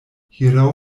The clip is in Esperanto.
hieraŭ